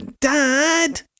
Dad